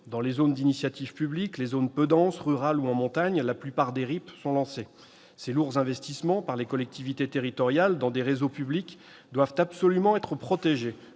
Dans les zones d'initiative publique, les zones peu denses, rurales ou de montagne, la plupart des RIP sont lancés. Ces lourds investissements consentis par les collectivités territoriales doivent absolument être protégés